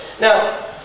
Now